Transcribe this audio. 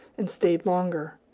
and stayed longer.